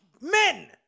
men